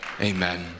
Amen